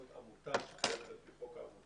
זאת עמותה שפועלת על פי חוק העמותות,